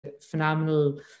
phenomenal